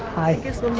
hi, gary,